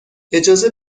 اجازه